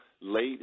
late